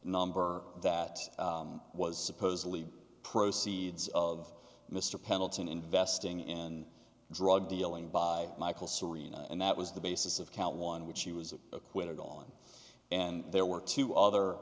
number that was supposedly proceeds of mr pendleton investing in drug dealing by michael serino and that was the basis of count one which he was acquitted on and there were two other